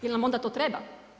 Je li nam onda to treba?